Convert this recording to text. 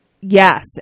yes